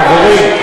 חברים,